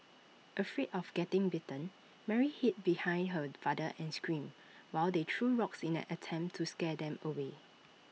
afraid of getting bitten Mary hid behind her father and screamed while the threw rocks in an attempt to scare them away